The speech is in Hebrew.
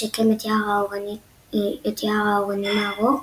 לשקם את יער האורנים הארוך,